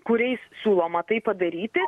kuriais siūloma tai padaryti